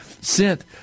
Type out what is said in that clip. sent